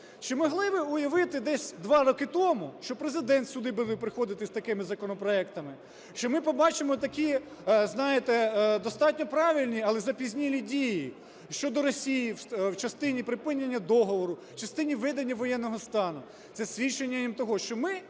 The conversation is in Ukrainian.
Чи могли ви уявити десь 2 роки тому, що Президент сюди буде приходити з такими законопроектами, що ми побачимо такі, знаєте, достатньо правильні, але запізнілі дії щодо Росії в частині припинення договору, в частині введення воєнного стану? Це свідченням є того, що ми